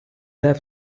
have